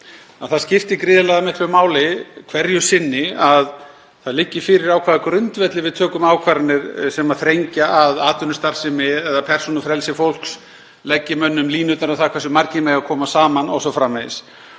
það skipti gríðarlega miklu máli hverju sinni að það liggi fyrir á hvaða grundvelli við tökum ákvarðanir sem þrengja að atvinnustarfsemi eða persónufrelsi fólks og leggja mönnum línurnar um það hversu margir mega koma saman o.s.frv.